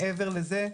מעבר לזה,